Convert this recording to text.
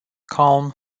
calm